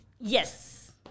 yes